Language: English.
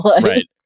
Right